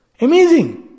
Amazing